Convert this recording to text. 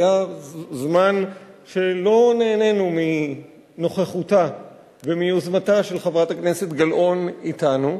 היה זמן שלא נהנינו מנוכחותה ומיוזמתה של חברת הכנסת גלאון אתנו,